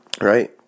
right